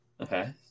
Okay